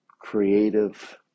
creative